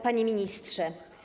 Panie Ministrze!